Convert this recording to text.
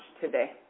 today